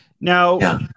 now